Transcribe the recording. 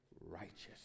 righteous